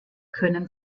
können